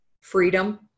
freedom